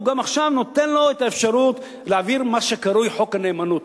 הוא נותן לו את האפשרות להעביר את מה שקרוי חוק הנאמנות.